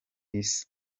isi